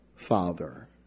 Father